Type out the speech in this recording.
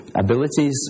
abilities